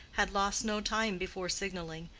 had lost no time before signaling,